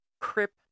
crip